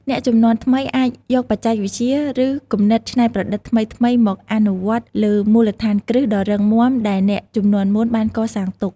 អ្នកជំនាន់ថ្មីអាចយកបច្ចេកវិទ្យា ឬគំនិតច្នៃប្រឌិតថ្មីៗមកអនុវត្តលើមូលដ្ឋានគ្រឹះដ៏រឹងមាំដែលអ្នកជំនាន់មុនបានកសាងទុក។